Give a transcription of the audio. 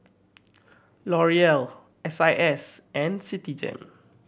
L'Oreal S I S and Citigem